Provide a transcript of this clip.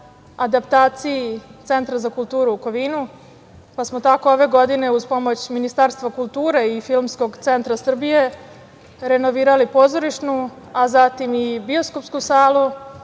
adaptaciji Centra za kulturu u Kovinu, pa smo tako ove godine, uz pomoć Ministarstva kulture i Filmskog centra Srbije, renovirali pozorišnu, a zatim i bioskopsku salu,